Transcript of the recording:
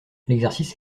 l’exercice